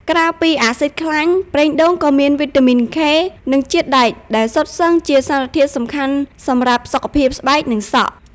ក្រៅពី អាស៊ីតខ្លាញ់ ប្រេងដូងក៏មាន វីតាមីន ខេ (K) និង ជាតិដែក ដែលសុទ្ធសឹងជាសារធាតុសំខាន់សម្រាប់សុខភាពស្បែក និងសក់។